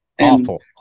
Awful